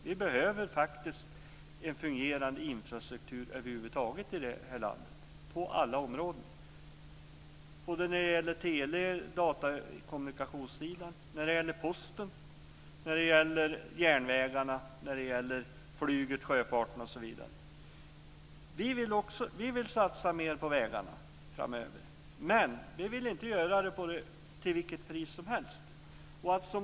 Vi behöver faktiskt en fungerande infrastruktur över huvud taget i det här landet på alla områden, när det gäller tele och datakommunikation, posten, järnvägarna, flyget, sjöfarten osv. Vi vill satsa mer på vägarna framöver, men vi vill inte göra det till vilket pris som helst.